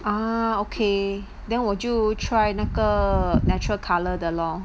ah okay then 我就 try 那个 natural colour 的 lor